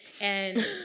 And-